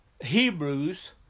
Hebrews